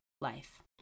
life